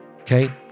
Okay